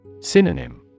Synonym